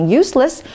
useless，